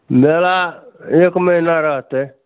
मेला एक महीना रहतै